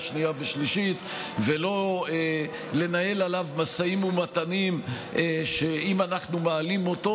שנייה ושלישית ולא לנהל עליו משאים ומתנים שאם אנחנו מעלים אותו,